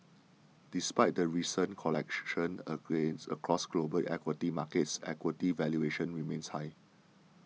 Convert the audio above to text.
despite the recent correction across global equity markets equity valuations remain high